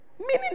Meaning